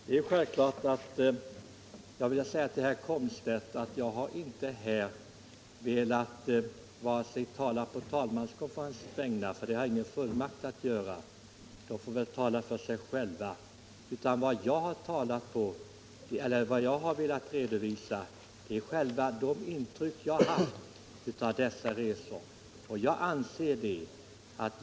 Herr talman! Naturligtvis, herr Komstedt, har jag inte här velat tala på talmanskonferensens vägnar, för det har jag ingen fullmakt att göra; den får väl tala för sig själv. Vad jag har velat redovisa är bara det intryck jag har haft av dessa utskottsresor.